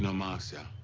and marcia,